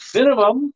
Minimum